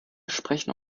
sprechen